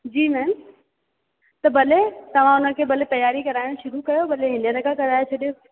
जी ma'am त भले तव्हां हुनखे भले तयारी कराइण शुरू कयो भले हींअर खां कराइ छॾियोसि